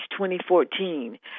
2014